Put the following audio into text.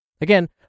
Again